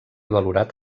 valorat